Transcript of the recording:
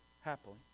Happily